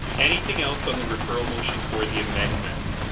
anything else on the referral motion for the amendment?